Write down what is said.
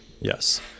yes